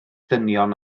dynion